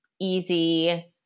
easy